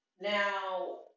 Now